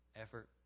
effort